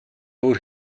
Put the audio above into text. өөр